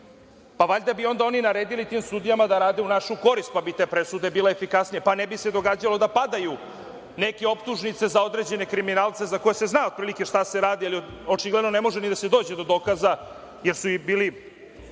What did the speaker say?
pa valjda bi oni naredili tim sudijama da rade u našu korist, pa bi te presude bile efikasnije, pa se ne bi događalo da padaju neke optužnice za određene kriminalce za koje se zna otprilike šta se radi, jer očigledno, ne može ni da se dođe do dokaza, jer su bili